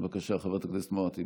בבקשה, חברת הכנסת מואטי.